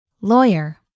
Lawyer